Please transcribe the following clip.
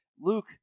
Luke